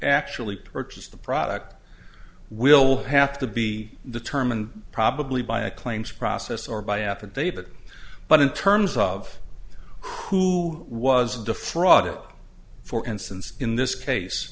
actually purchased the product we'll have to be determined probably by a claims process or by affidavit but in terms of who was de freitas for instance in this case